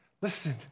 Listen